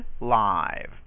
live